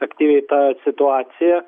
aktyviai tą situaciją